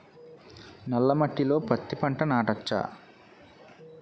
నల్ల మట్టిలో పత్తి పంట నాటచ్చా?